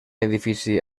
edifici